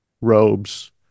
robes